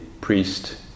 priest